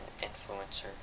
influencer